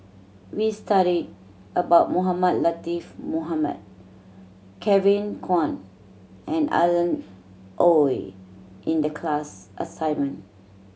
we studied about Mohamed Latiff Mohamed Kevin Kwan and Alan Oei in the class assignment